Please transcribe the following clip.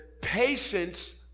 Patience